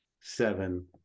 seven